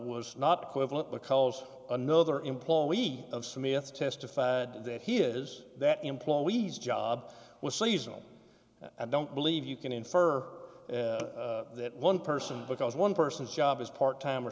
was not equivalent because another employee of smith testified that he is that employee's job was seasonal i don't believe you can infer that one person because one person's job is part time